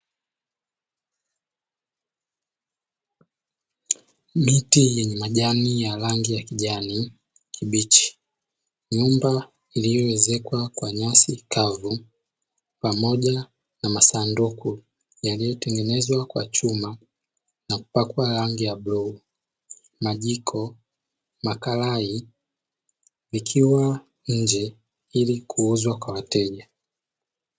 Miti yenye majani ya rangi ya kijani kibichi, nyumba iliyoezekwa kwa nyasi kavu pamoja na masanduku yaliyotengenezwa kwa chuma na kupakwa rangi ya bluu, majiko, makarai, vikiwa nje ili kuuzwa kwa wateja.